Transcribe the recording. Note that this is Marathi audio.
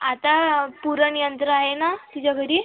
आता पुरणयंत्र आहे ना तुझ्या घरी